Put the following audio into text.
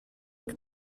que